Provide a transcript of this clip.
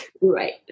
Right